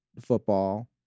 football